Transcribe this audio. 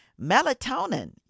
Melatonin